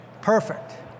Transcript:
perfect